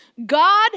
god